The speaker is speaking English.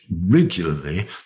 regularly